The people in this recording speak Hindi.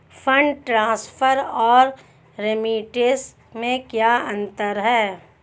फंड ट्रांसफर और रेमिटेंस में क्या अंतर है?